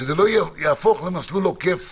שזה לא יהפוך למסלול עוקף